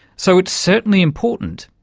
so it's certainly important,